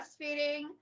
breastfeeding